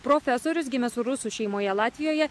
profesorius gimęs rusų šeimoje latvijoje